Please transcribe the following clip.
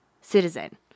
citizen